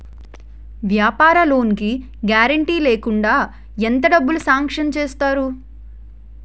వ్యాపార లోన్ కి గారంటే లేకుండా ఎంత డబ్బులు సాంక్షన్ చేస్తారు?